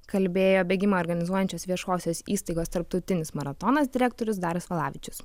kalbėjo bėgimą organizuojančios viešosios įstaigos tarptautinis maratonas direktorius darius valavičius